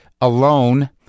alone